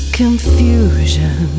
confusion